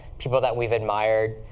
people that we've admired